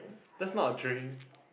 that's not a dream